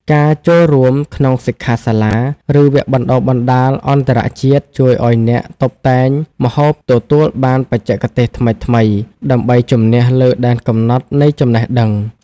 ការចូលរួមក្នុងសិក្ខាសាលា ឬវគ្គបណ្តុះបណ្តាលអន្តរជាតិជួយឱ្យអ្នកតុបតែងម្ហូបទទួលបានបច្ចេកទេសថ្មីៗដើម្បីជំនះលើដែនកំណត់នៃចំណេះដឹង។